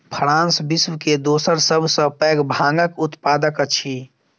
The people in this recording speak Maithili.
फ्रांस विश्व के दोसर सभ सॅ पैघ भांगक उत्पादक अछि